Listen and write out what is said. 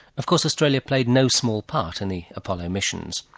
of course australia played no small part in the apollo missions.